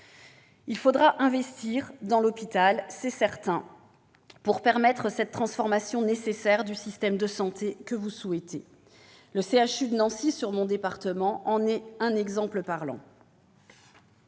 Il faudra investir dans l'hôpital, assurément, pour permettre cette transformation du système de santé, nécessaire et que vous souhaitez. Le CHU de Nancy, dans mon département, en est un exemple parlant.